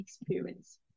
experience